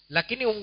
Lakini